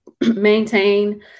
maintain